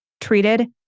treated